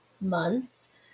months